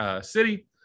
City